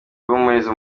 guhumuriza